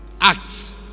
Acts